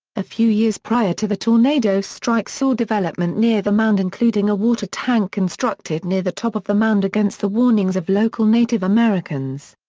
a few years prior to the tornado strike saw development near the mound including a water tank constructed near the top of the mound against the warnings of local native americans.